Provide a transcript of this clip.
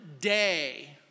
day